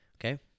Okay